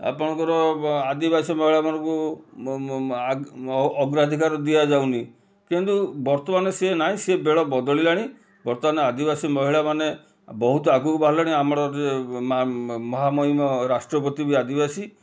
ଆପଣଙ୍କର ଆଦିବାସୀ ମହିଳାମାନଙ୍କୁ ଅଗ୍ରାଧିକାର ଦିଆଯାଉନି କିନ୍ତୁ ବର୍ତ୍ତମାନ ସିଏ ନାଇଁ ସେ ବେଳ ବଦଳିଲାଣି ବର୍ତ୍ତମାନ ଆଦିବାସୀ ମହିଳାମାନେ ବହୁତ ଆଗକୁ ବାହାରିଲେଣି ଆମର ଯେ ମହା ମହାମୟୀମ ରାଷ୍ଟ୍ରପତି ବି ଆଦିବାସୀ